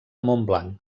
montblanc